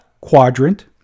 quadrant